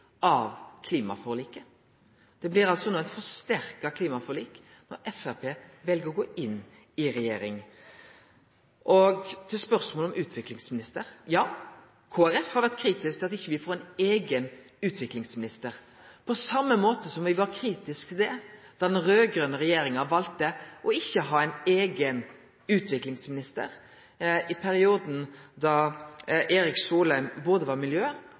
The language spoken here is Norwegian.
av klimaforliket. Det blir altså eit styrkt klimaforlik når Framstegspartiet vel å gå inn i regjering. Så til spørsmålet om utviklingsministerposten. Ja, Kristeleg Folkeparti har vore kritisk til at me ikkje får ein eigen utviklingsminister, på same måten som me var kritiske til at den raud-grøne regjeringa valte ikkje å ha ein eigen utviklingminister i perioden då Erik Solheim både var miljø-